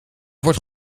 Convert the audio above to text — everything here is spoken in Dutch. wordt